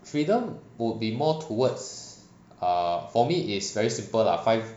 freedom would be more towards err for me is very simple lah five